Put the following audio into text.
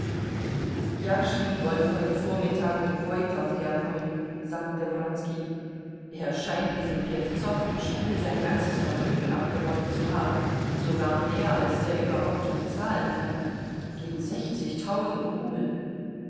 jaschwin wollte heute vormittag mit woitow herkommen sagte wronski er scheint diesem pjewzow im spiel sein ganzes vermögen abgewonnen zu haben sogar mehr als der überhaupt bezahlen kann gegen sechzigtausend rubel